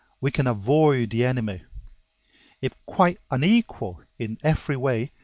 we can avoid the enemy if quite unequal in every way,